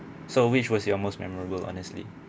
so which was your most memorable honestly